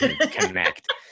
connect